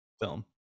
film